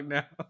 now